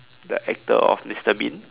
the actor of Mister Bean